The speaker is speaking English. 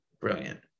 brilliant